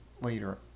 later